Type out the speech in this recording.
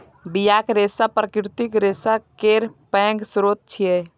बियाक रेशा प्राकृतिक रेशा केर पैघ स्रोत छियै